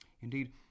Indeed